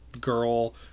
girl